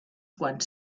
quants